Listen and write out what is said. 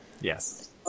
yes